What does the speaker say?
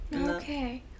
Okay